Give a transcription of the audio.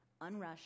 unrushed